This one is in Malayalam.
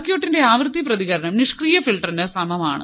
സർക്യൂട്ടിന്റെ ആവൃത്തി പ്രതികരണം നിഷ്ക്രിയ ഫിൽട്ടറിന് സമാനമാണ്